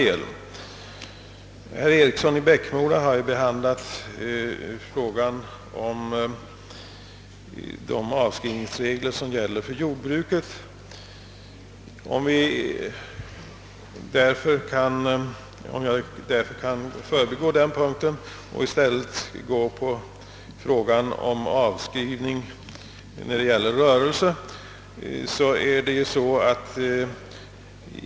Herr Eriksson i Bäckmora har redan behandlat de avskrivningsregler som gäller för jordbruket och jag kan därför förbigå denna punkt och i stället ta upp frågan om avskrivning vid andra företag.